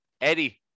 Eddie